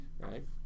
Right